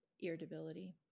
Irritability